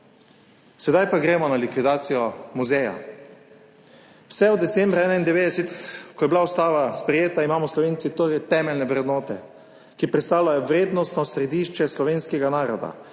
Sedaj pa gremo na likvidacijo muzeja. Vse od decembra 1991, ko je bila ustava sprejeta, imamo Slovenci temeljne vrednote, ki predstavljajo vrednostno središče slovenskega naroda,